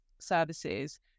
services